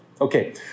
Okay